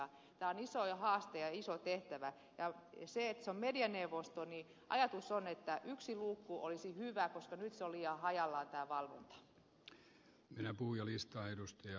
tämä on iso haaste ja iso tehtävä ja siinä että se on medianeuvosto ajatus on että yksi luukku olisi hyvä koska nyt on liian hajallaan tämä valvonta